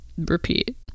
repeat